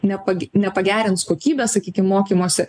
nepagi nepagerins kokybės sakykim mokymosi